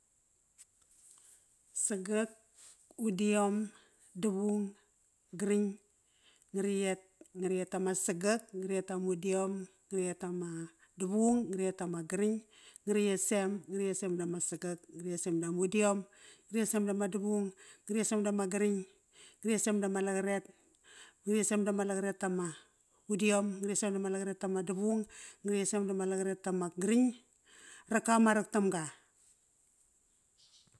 Sagak, Udiom, Davung, Gring, Ngariyet, Ngariyet ama sagak, Ngariyet amudiom, Ngariyet ama davung, Ngariyet ama gring, Ngariyesem, Ngariyesem dama sagak, Ngariyesem damudiom, Ngariyesem dama davung, Ngariyesem dama gring, Ngariyesem dama laqaret, Ngariyesem dama laqaret ama udiom, Ngariyesem dama laqaret ama davung, Ngariyesem dama laqaret ama gring, Raka ma raktamga